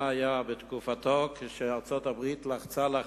באותה תקופה שבה נערכות ההפגנות האדירות באירן,